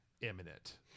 imminent